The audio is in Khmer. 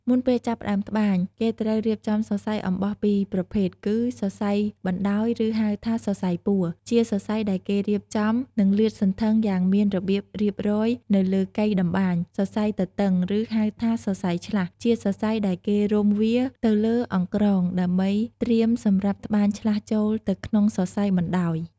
មុនពេលចាប់ផ្ដើមត្បាញ គេត្រូវរៀបចំសរសៃអំបោះពីរប្រភេទគឺ សរសៃបណ្ដោយ ឬហៅថា សរសៃពួរ ជាសរសៃដែលគេរៀបចំ និងលាតសន្ធឹងយ៉ាងមានរបៀបរៀបរយនៅលើកីតម្បាញ សរសៃទទឹងឬហៅថាសរសៃឆ្លាស់ ជាសរសៃដែលគេរុំវាទៅលើអង្រ្កង ដើម្បីត្រៀមសម្រាប់ត្បាញឆ្លាស់ចូលទៅក្នុងសរសៃបណ្ដោយ។